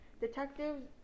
Detectives